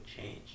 change